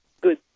good